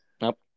Nope